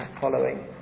following